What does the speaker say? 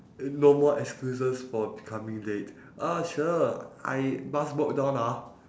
no more excuses for coming late ah cher I bus broke down ah